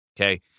okay